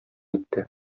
итте